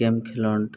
game